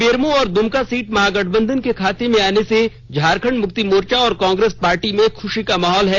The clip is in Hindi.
बेरमो और दुमका सीट महागठबंधन के खाते में आने से झामुमो और कांग्रेस पार्टी में खुशी का माहौल है